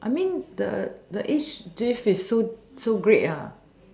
I meant the the age diff is so so great